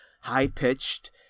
high-pitched